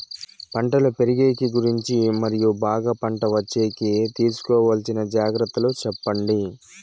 పంటలు పెరిగేకి గురించి మరియు బాగా పంట వచ్చేకి తీసుకోవాల్సిన జాగ్రత్త లు సెప్పండి?